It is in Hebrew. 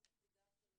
נציגה של